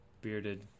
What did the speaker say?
bearded